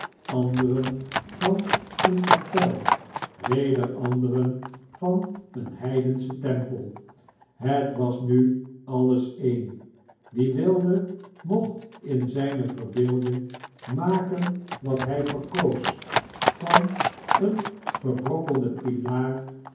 anderen van eene kapej weder anderen van een heidenschen tempel het was nu alles een wie wilde mocht in zyne verbeelding maken wat hij verkoos van een verbrokkelden pilaar